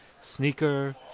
sneaker